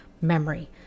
memory